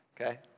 Okay